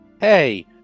Hey